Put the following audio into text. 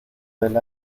del